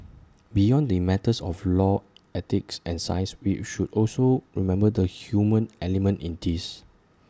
beyond the matters of law ethics and science we should also remember the human element in this